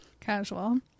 Casual